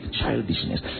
childishness